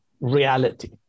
reality